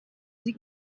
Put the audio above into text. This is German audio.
sie